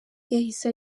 yahise